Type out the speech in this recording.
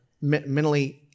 mentally